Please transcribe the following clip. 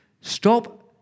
Stop